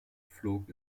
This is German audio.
flog